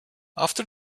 after